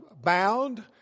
bound